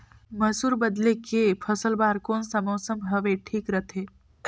मसुर बदले के फसल बार कोन सा मौसम हवे ठीक रथे?